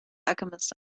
alchemist